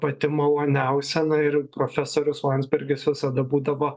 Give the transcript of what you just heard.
pati maloniausia na ir profesorius landsbergis visada būdavo